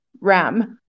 ram